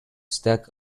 stack